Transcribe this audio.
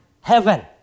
Heaven